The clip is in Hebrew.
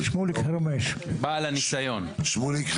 שמוליק חרמש, תפקידו?